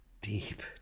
deep